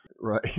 Right